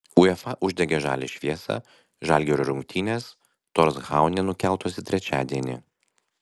uefa uždegė žalią šviesą žalgirio rungtynės torshaune nukeltos į trečiadienį